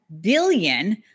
billion